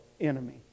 enemy